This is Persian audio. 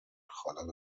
خالق